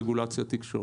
ברגולציה של תקשורת.